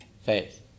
faith